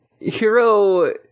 hero